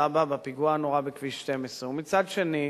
מכפר-סבא בפיגוע הנורא בכביש 12. מצד שני,